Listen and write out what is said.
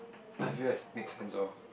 I feel like make sense loh